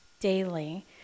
daily